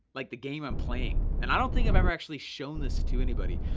like the game i'm playing? and i don't think i've ever actually shown this to anybody.